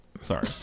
Sorry